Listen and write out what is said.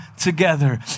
together